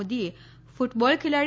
મોદીએ કૃટબોલ ખેલાડી